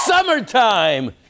Summertime